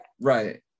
Right